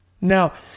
Now